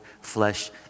flesh